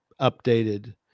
updated